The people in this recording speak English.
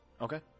Okay